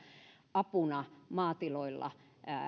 apuna maatiloilla